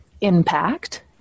Impact